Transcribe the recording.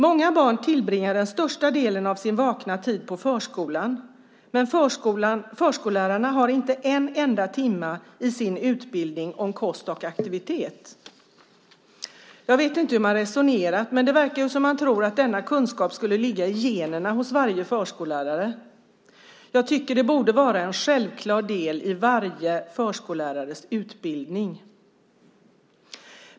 Många barn tillbringar den största delen av sin vakna tid på förskolan, men förskollärarna har inte en enda timme i sin utbildning om kost och aktivitet. Jag vet inte hur man har resonerat, men det verkar som om man tror att denna kunskap skulle ligga i generna hos varje förskollärare. Jag tycker att detta borde vara en självklar del i varje förskollärares utbildning.